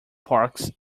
parks